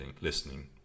listening